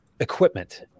equipment